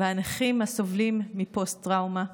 ונכים הסובלים מפוסט-טראומה.